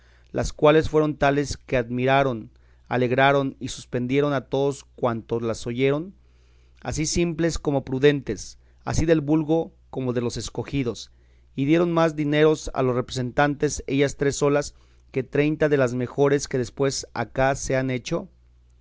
las cuales fueron tales que admiraron alegraron y suspendieron a todos cuantos las oyeron así simples como prudentes así del vulgo como de los escogidos y dieron más dineros a los representantes ellas tres solas que treinta de las mejores que después acá se han hecho